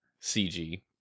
CG